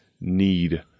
need